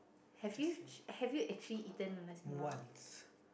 just say~ once